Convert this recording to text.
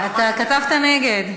אתה כתבת נגד.